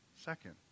second